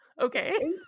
Okay